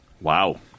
Wow